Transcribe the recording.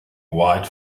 white